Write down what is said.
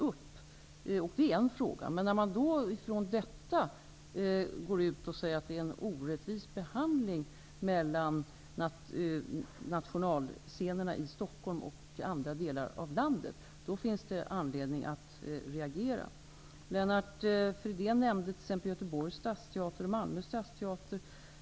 Men när man med den utgångspunkten går ut och påstår att scenerna i andra delar av landet får en orättvis behandling jämfört med nationalscenerna i Stockholm, finns det anledning att reagera. Lennart Fridén nämnde t.ex. Göteborgs stadsteater och Malmö stadsteater.